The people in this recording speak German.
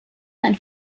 ein